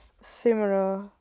similar